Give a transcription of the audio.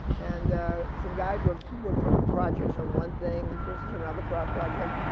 and some guys were, were putting projects on one thing, and versus another pro, project.